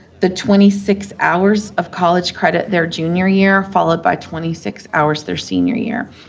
the twenty six hours of college credit their junior year followed by twenty six hours their senior year.